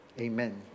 Amen